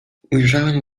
ujrzałem